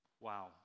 wow